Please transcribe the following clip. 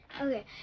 Okay